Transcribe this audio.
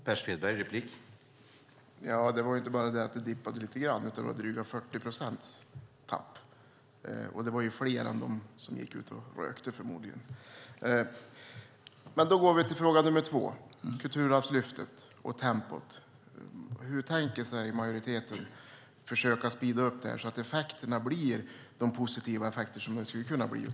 Herr talman! Det var ju inte bara det att det dippade lite grann, utan det var ett tapp på drygt 40 procent. Det var förmodligen fler än de som gick ut och rökte. Då går jag till fråga nr 2, Kulturarvslyftet och tempot: Hur tänker majoriteten försöka styra upp det här så att effekterna blir så positiva som de skulle kunna bli?